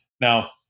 Now